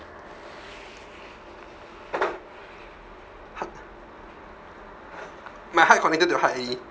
heart my heart connected to your heart already